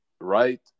right